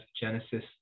Genesis